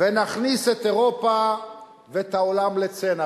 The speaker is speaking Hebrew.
ונכניס את אירופה ואת העולם לצנע.